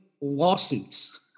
lawsuits